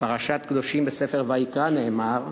בפרשת קדושים בספר ויקרא נאמר: